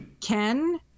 Ken